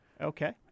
Okay